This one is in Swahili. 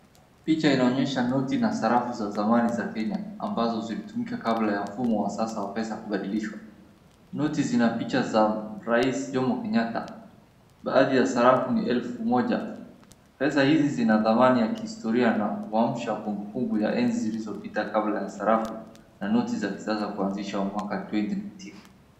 Picha inaonyesha noti na sarafu za zamani za Kenya ambazo zilitumika kabla ya mfumo wa sasa wa pesa kubadilishwa. Noti zina picha za Rais Jomo Kenyatta. Baadhi ya sarafu ni elfu moja. Pesa hizi zina thamani ya kihistoria na huamsha kumbukumbu ya enzi zilizopita kabla ya sarafu na noti za kisasa kuanzishwa mwaka elfu mbili ishirini na tatu.